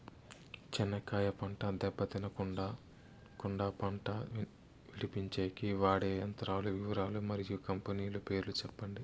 చెనక్కాయ పంట దెబ్బ తినకుండా కుండా పంట విడిపించేకి వాడే యంత్రాల వివరాలు మరియు కంపెనీల పేర్లు చెప్పండి?